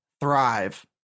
thrive